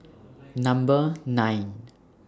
Number nine